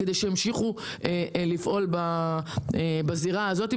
כדי שימשיכו לפעול בזירה הזאת,